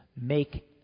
Make